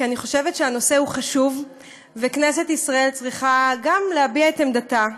כי אני חושבת שהנושא הוא חשוב וכנסת ישראל צריכה גם להביע את עמדתה.